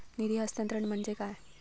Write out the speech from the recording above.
निधी हस्तांतरण म्हणजे काय?